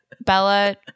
Bella